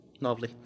Lovely